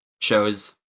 shows